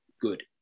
good